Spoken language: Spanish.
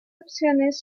opciones